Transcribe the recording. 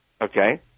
okay